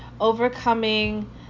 overcoming